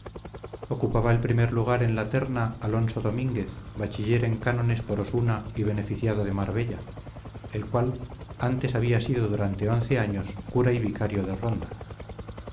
ocupaba el primer lugar en la terna alonso domínguez bachiller en cánones por osuna y beneficiado de marbella el cual antes había sido durante once años cura y vicario de ronda